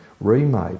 remade